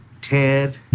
ted